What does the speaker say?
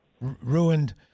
ruined